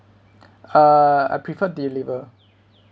uh I prefer deliver